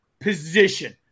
position